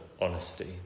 honesty